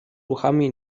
ruchami